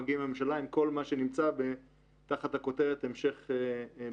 מגיעים עם הממשלה עם כל מה שנמצא תחת הכותרת המשך בחינה.